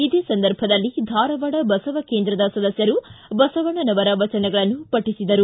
ಇದೇ ಸಂದರ್ಭದಲ್ಲಿ ಧಾರವಾಡ ಬಸವಕೇಂದ್ರದ ಸದಸ್ಯರು ಬಸವಣ್ಣನವರ ವಚನಗಳನ್ನು ಪಠಿಸಿದರು